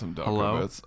hello